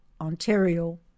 Ontario